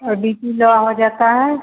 और B P low हो जाता है